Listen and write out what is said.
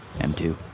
M2